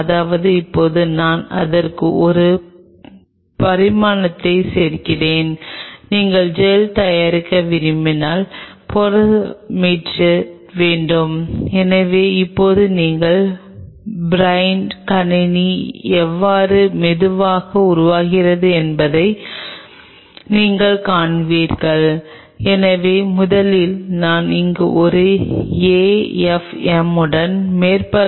எனவே உங்களுக்குத் தேவையானது என்னவென்றால் உங்களுக்கு அங்கே ஒரு மைகிரோஸ்கோப் தேவைப்பட்டது இது இந்த மூலக்கூறு எவ்வாறு செயல்படுகிறது என்பதற்கான ஒரு கருத்தை உங்களுக்குத் தரும்